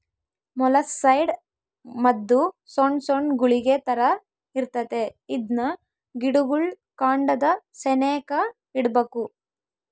molluscicide ಮದ್ದು ಸೊಣ್ ಸೊಣ್ ಗುಳಿಗೆ ತರ ಇರ್ತತೆ ಇದ್ನ ಗಿಡುಗುಳ್ ಕಾಂಡದ ಸೆನೇಕ ಇಡ್ಬಕು